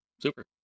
Super